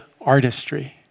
artistry